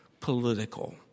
political